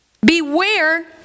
Beware